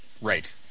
Right